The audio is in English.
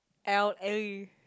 L_A